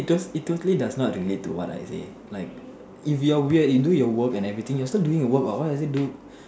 it tot~ it totally does not relate to what I say like if you're weird you still do your work and everything you're still doing your work what why would you